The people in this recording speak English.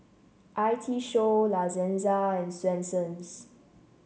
I T Show La Senza and Swensens